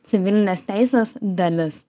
civilinės teisės dalis